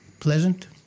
Pleasant